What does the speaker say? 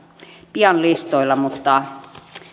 pian listoilla mutta